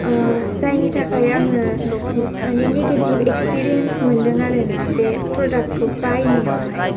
जायनि थाखाय आङो माने नेगेटिभ इक्सपिरियेन्स मोनदों आरोना बे प्रडाक्ट खौ बायनायावहाय